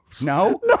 No